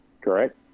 Correct